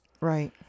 Right